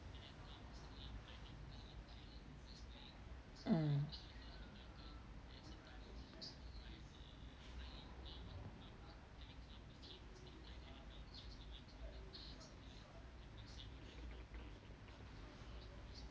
mm